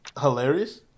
hilarious